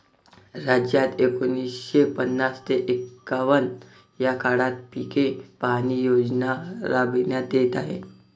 राज्यात एकोणीसशे पन्नास ते एकवन्न या काळात पीक पाहणी योजना राबविण्यात येत आहे